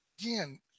Again